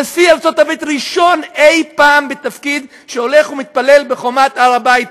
נשיא ארצות הברית ראשון אי-פעם בתפקיד שהולך ומתפלל בחומת הר הבית,